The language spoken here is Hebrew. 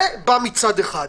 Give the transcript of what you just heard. זה בא מצד אחד.